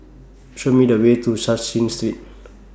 Show Me The Way to Cashin Street